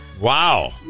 Wow